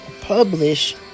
publish